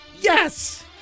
Yes